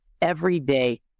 everyday